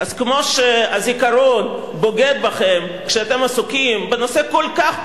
אז כמו שהזיכרון בוגד בכם כשאתם עסוקים בנושא כל כך פשוט,